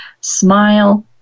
smile